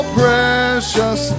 precious